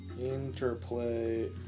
Interplay